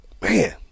man